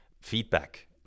feedback